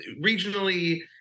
regionally